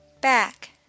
back